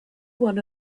one